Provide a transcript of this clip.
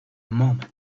moment